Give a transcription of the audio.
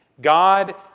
God